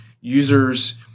users